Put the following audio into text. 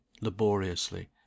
laboriously